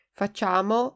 facciamo